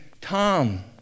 Tom